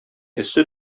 эссе